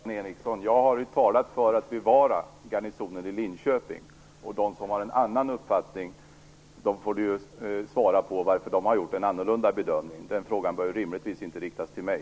Herr talman! Jag har talat för att garnisonen i Linköping skall bevaras. De som har en annan uppfattning får svara på frågan varför de har gjort en annorlunda bedömning. Den frågan bör rimligtvis inte riktas till mig.